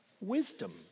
Wisdom